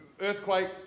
earthquake